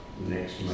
next